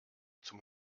zum